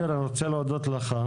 אני רוצה להודות לך.